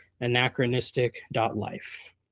anachronistic.life